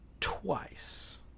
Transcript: twice